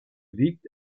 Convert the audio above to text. liegt